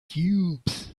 cubes